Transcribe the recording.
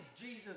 Jesus